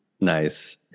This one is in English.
nice